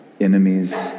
enemies